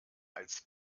als